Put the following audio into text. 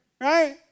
Right